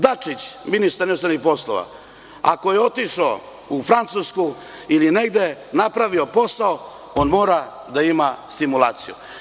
Dačić ministar unutrašnjih poslova, ako je otišao u Francusku ili negde napravio posao, on mora da ima stimulaciju.